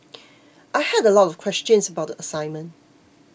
I had a lot of questions about the assignment